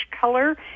color